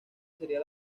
sería